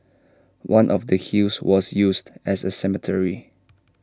one of the hills was used as A cemetery